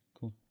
cool